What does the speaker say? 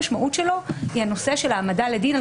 המשמעות שלו הוא הנושא של העמדה לדין על